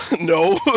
no